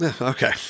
Okay